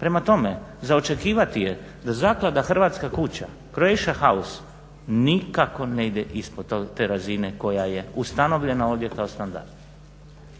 Prema tome, za očekivati je da zaklada "Hrvatska kuća-Croatia house" nikako ne ide ispod te razine koja je ustanovljena ovdje kao standard.